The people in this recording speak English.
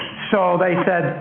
so they said,